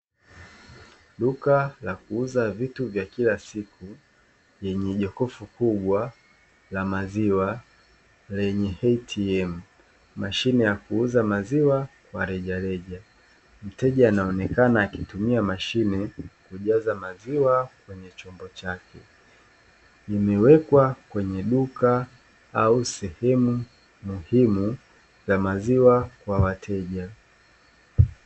Duka la kuuza vitu vya kila siku lenye jokofu kubwa la maziwa lenye "ATM" mashine ya kuuza maziwa kwa rejareja; Mteja anaonekana akitumia mashine kujaza maziwa kwenye chombo chake, imewekwa kwenye duka au sehemu muhimu za maziwa kwa wateja.